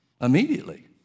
immediately